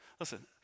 Listen